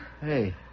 Hey